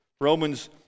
Romans